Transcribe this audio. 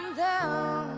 go